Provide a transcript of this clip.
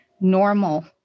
normal